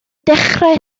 dechrau